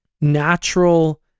natural